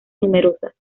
numerosas